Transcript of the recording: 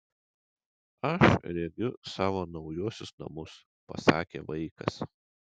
aš regiu savo naujuosius namus pasakė vaikas